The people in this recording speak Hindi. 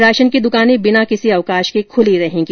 राशन की दुकानें बिना किसी अवकश के खुली रहेंगी